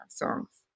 songs